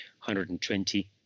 120